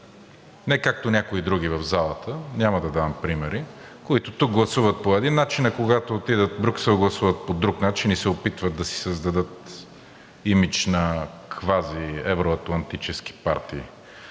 не както някои други в залата, няма да давам примери, които тук гласуват по един начин, а когато отидат в Брюксел, гласуват по друг начин и се опитват да си създадат имидж на квази- евро-атлантически партии.